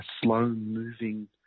slow-moving